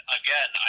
again